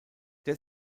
der